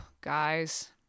guys